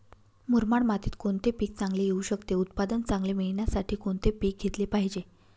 मुरमाड मातीत कोणते पीक चांगले येऊ शकते? उत्पादन चांगले मिळण्यासाठी कोणते पीक घेतले पाहिजे?